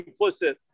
complicit